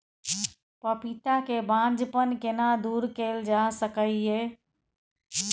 पपीता के बांझपन केना दूर कैल जा सकै ये?